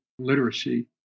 Literacy